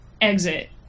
exit